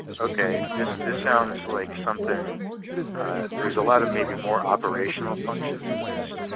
okay, this this sounds like something there's a lot of maybe more operational functions in this,